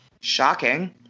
Shocking